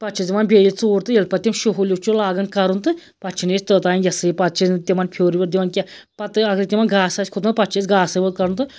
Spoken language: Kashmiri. پَتہٕ چھِ أسۍ دِوان بیٚیہِ ژوٗر تہٕ ییٚلہِ پَتہٕ تِم شُہُل ہیوٗ چھِ لاگان کَرُن تہٕ پَتہٕ چھِنہٕ أسۍ توٚتام یہِ ہَسا یہِ پَتہٕ چھِنہٕ أسۍ تِمَن پھیُر ویُر دِوان کینٛہہ پَتہٕ اگرَے تِمن گاسہٕ آسہِ کھوٚتمُت پَتہٕ چھِ أسۍ گاسے کَڑُن تہٕ